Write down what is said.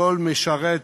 כל משרת